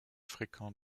fréquent